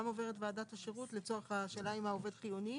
גם הם עוברים ועדת שירות לצורך השאלה אם העובד חיוני.